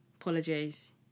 Apologies